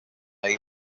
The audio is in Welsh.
mae